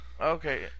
Okay